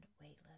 weightless